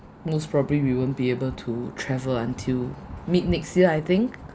most probably we won't be able to travel until mid next year I think